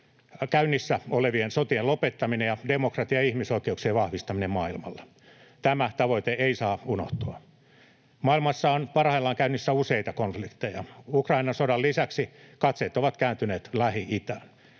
käynnissä olevien sotien lopettaminen ja demokratian ja ihmisoikeuksien vahvistaminen maailmalla. Tämä tavoite ei saa unohtua. Maailmassa on parhaillaan käynnissä useita konflikteja. Ukrainan sodan lisäksi katseet ovat kääntyneet Lähi-itään.